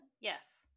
Yes